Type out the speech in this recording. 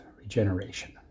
regeneration